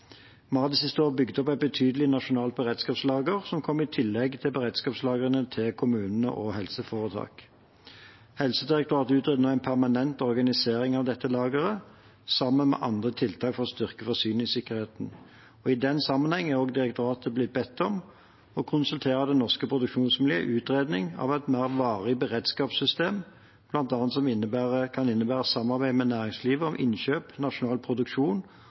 de siste årene bygd opp et betydelig nasjonalt beredskapslager som kommer i tillegg til beredskapslagrene til kommunene og helseforetak. Helsedirektoratet utreder nå en permanent organisering av dette lageret sammen med andre tiltak for å styrke forsyningssikkerheten. I den sammenheng er direktoratet blitt bedt om å konsultere det norske produksjonsmiljøet for utredning av et mer varig beredskapssystem, som bl.a. kan innebære samarbeid med næringslivet om innkjøp, nasjonal produksjon